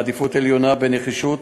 ועדיפות עליונה בנחישות,